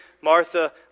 Martha